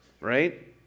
right